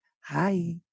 hi